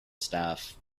staff